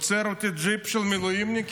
עוצר אותי ג'יפ של מילואימניקים,